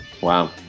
Wow